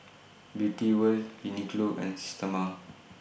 Beauty wear Uniqlo and Systema